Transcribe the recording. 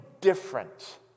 different